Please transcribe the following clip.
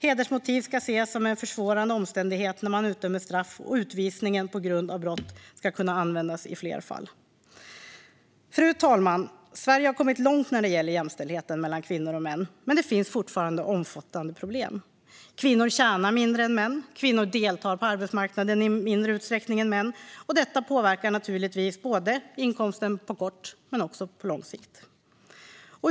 Hedersmotiv ska ses som en försvårande omständighet när man utdömer straff, och utvisning på grund av brott ska kunna användas i fler fall. Fru talman! Sverige har kommit långt när det gäller jämställdheten mellan kvinnor och män, men det finns fortfarande omfattande problem. Kvinnor tjänar mindre än män, och kvinnor deltar på arbetsmarknaden i mindre utsträckning än män. Detta påverkar naturligtvis inkomsten på både kort och lång sikt.